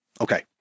Okay